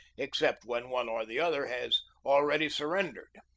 except when one or the other has already surrendered.